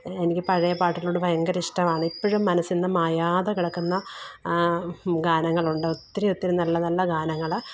എനിക്ക് പഴയ പാട്ടിനോട് ഭയങ്കര ഇഷ്ടമാണ് ഇപ്പോഴും മനസീന്നു മായാതെ കിടക്കുന്ന ഗാനങ്ങളുണ്ട് ഒത്തിരി ഒത്തിരി നല്ല നല്ല ഗാനങ്ങൾ